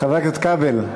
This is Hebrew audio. חבר הכנסת כבל,